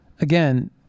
again